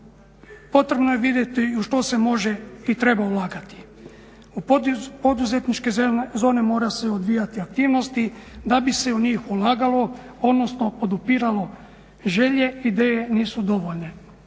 Potrebno je vidjeti u što se može i treba ulagati. U poduzetničke zone mora se odvijati aktivnosti da bi se u njih ulagalo, odnosno podupiralo želje, ideje nisu dovoljne.